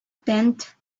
tenth